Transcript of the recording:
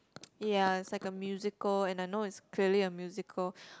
ya it's like a musical and I know it's clearly a musicial